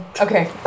Okay